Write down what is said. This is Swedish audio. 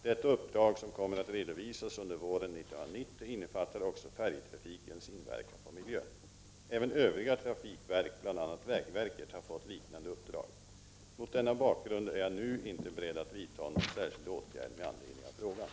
Detta uppdrag, som kommer att redovisas under våren 1990, innefattar också färjetrafikens inverkan på miljön. Även övriga trafikverk, bl.a. vägverket, har fått liknande uppdrag. Mot denna bakgrund är jag nu inte beredd att vidta någon särskild åtgärd med anledning av frågan.